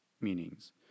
meanings